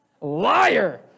Liar